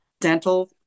dental